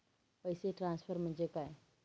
पैसे ट्रान्सफर म्हणजे काय?